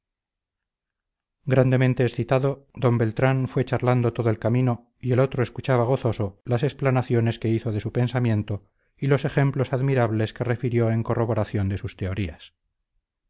grandemente excitado d beltrán fue charlando todo el camino y el otro escuchaba gozoso las explanaciones que hizo de su pensamiento y los ejemplos admirables que refirió en corroboración de sus teorías